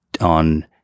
on